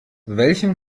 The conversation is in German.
welchen